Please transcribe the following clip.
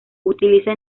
utiliza